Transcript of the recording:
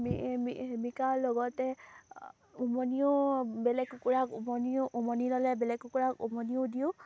বিকাৰ লগতে উমনিও বেলেগ কুকুৰাক উমনিও উমনি ল'লে বেলেগ কুকুৰাক উমনিও দিওঁ